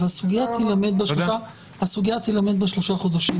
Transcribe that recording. אז הסוגיה תילמד בשלושה החודשים